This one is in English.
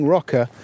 Rocker